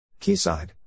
Keyside